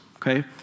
Okay